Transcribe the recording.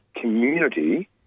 community